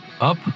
up